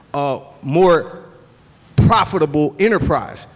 ah more profitable enterprise.